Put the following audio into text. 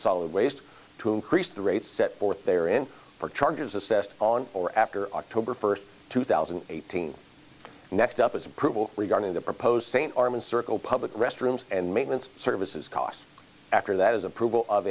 solid waste to increase the rate set forth they are in for charges assessed on or after october first two thousand and eighteen next up as approval regarding the proposed st armand circle public restrooms and maintenance services costs after that is approval of